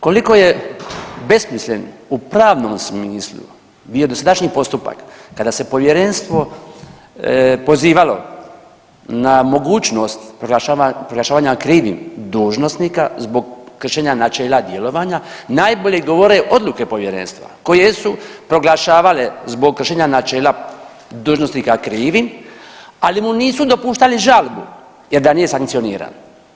Koliko je besmislen u pravnom smislu bio dosadašnji postupak kada se povjerenstvo pozivalo na mogućnost proglašavanja krivim dužnosnika zbog kršenja načela djelovanja najbolje govore odluke povjerenstva koje jesu proglašavale zbog kršenja načela dužnosnika krivim, ali mu nisu dopuštali žalbu jer da nije sankcioniran.